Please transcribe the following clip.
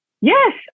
Yes